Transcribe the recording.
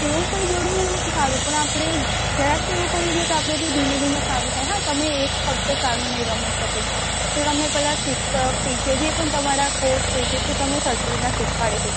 તેવું કોઈ જરૂર નથી સારું પણ આપણે જાતે એવું કરવું જોઈએ કે આપણાથી ધીમે ધીમે સારું થાય હા તમે એક હપ્તો સારું નહીં રમી શકો છો એ તમે પહેલાં શિક્ષક ટીચર જે પણ તમારા કોચ હોય છે તે તમને સરખી રીતના શીખવાડે છે